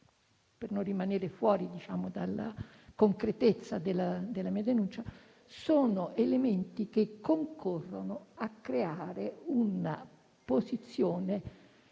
per non rimanere fuori dalla concretezza della mia denuncia. Sono elementi che concorrono a creare una condizione